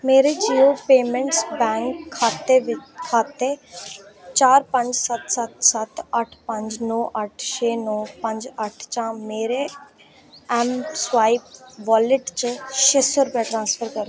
मेरे Jio payments bank खाते खाते चार पंज सत्त सत्त सत्त अट्ठ पंज नौ अट्ठ छे नौ पंज अट्ठ चा मेरे एमस्वाइप वालेट च छे सौ रपेआ ट्रांसफर करो